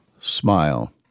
smile